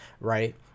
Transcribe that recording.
right